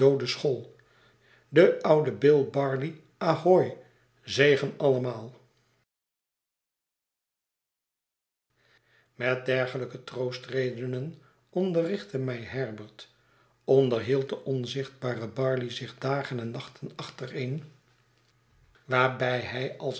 de oude bill barley ahoy zegen allemaal met dergelijke troostredenen onderrichtte mij herbert onderhield de xmzichtbare barley zich dagen en nachten achtereen waarbij hij